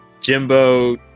Jimbo